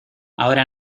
ahora